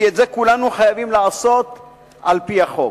כי את זה כולנו חייבים לעשות על-פי החוק.